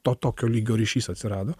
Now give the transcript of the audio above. to tokio lygio ryšys atsirado